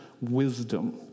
wisdom